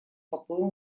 поплыл